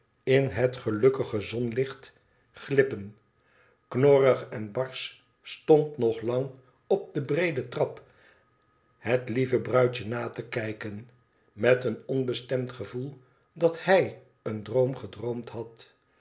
in het gelukkige zonnelicht glippen knorrig enbarsch stond nog lang op debreede trap het lieve bruidje na te kijken met een onbestemd gevoel dat hij een droom gedroomd had